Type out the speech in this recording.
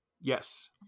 Yes